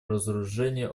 разоружению